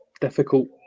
difficult